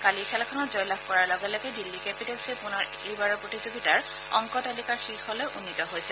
কালিৰ খেলখনত জয়লাভ কৰাৰ লগে লগে দিল্লী কেপিটেলছ পুনৰ এইবাৰৰ প্ৰতিযোগিতাৰ অংক তালিকাৰ শীৰ্ষলৈ উন্নীত হৈছে